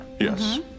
yes